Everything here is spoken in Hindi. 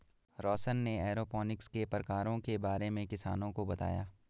रौशन ने एरोपोनिक्स के प्रकारों के बारे में किसानों को बताया